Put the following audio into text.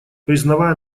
признавая